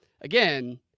Again